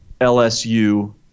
LSU